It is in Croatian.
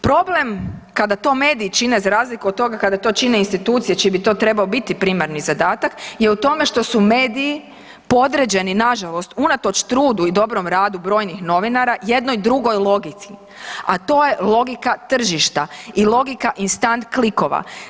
Problem kada to mediji čine za razliku od toga kada to čine institucije čiji bi to trebao biti primarni zadatak je u tome što su mediji podređeni nažalost unatoč trudu i dobrom radu brojnih novinara jednoj drugoj logici, a to je logika tržišta i logika instant klikova.